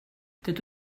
dydw